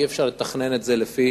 אי-אפשר לתכנן לפי